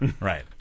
Right